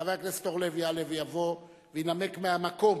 חבר הכנסת זבולון אורלב יעלה ויבוא וינמק מהמקום